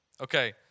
Okay